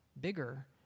bigger